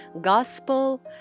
gospel